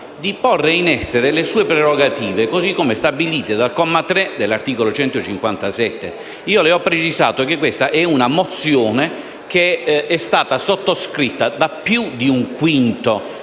di porre in essere le sue prerogative, così come stabilite dal comma 3 dell'articolo 157 del Regolamento. Le ho precisato che la mia è una mozione sottoscritta da più di un quinto